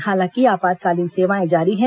हालांकि आपातकालीन सेवाएं जारी हैं